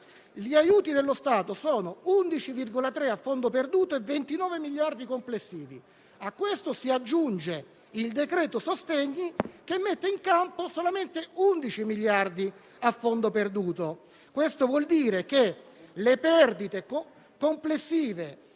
gli aiuti dello Stato sono 11,3 a fondo perduto e 29 miliardi complessivi. A questo si aggiunge il cosiddetto decreto sostegni che mette in campo solamente 11 miliardi a fondo perduto. Questo vuol dire che le perdite complessive